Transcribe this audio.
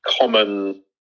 common